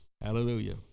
Hallelujah